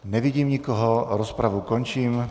Nevidím nikoho, rozpravu končím.